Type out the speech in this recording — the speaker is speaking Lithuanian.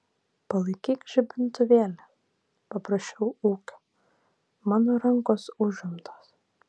palaikyk žibintuvėlį paprašiau ūkio mano rankos užimtos